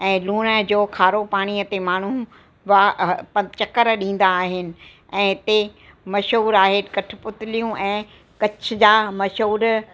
ऐं लूण जो खारो पाणीअ ते माण्हू वा चकर ॾींदा आहिनि ऐं हिते मशहूर आए कठपुतलियूं ऐं कच्छ जा मशहूरु